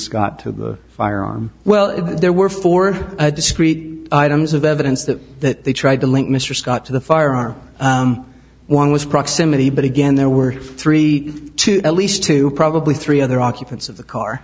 got to the firearm well there were four discrete items of evidence that that they tried to link mr scott to the firearm one was proximity but again there were three to at least two probably three other occupants of the car